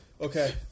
Okay